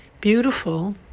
beautiful